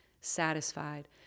satisfied